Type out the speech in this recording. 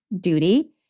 duty